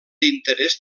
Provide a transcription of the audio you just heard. interès